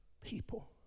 people